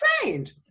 trained